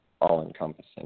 all-encompassing